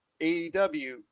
AEW